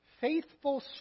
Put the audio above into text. faithful